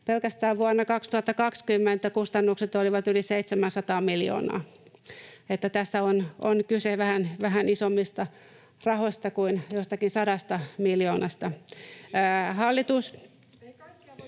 Pelkästään vuonna 2020 kustannukset olivat yli 700 miljoonaa, niin että tässä on kyse vähän isommista rahoista kuin jostakin 100 miljoonasta.